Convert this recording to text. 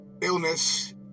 illness